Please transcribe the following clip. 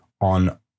on